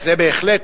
זה בהחלט,